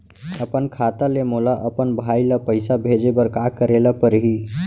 अपन खाता ले मोला अपन भाई ल पइसा भेजे बर का करे ल परही?